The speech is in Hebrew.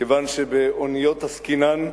כיוון שבאוניות עסקינן,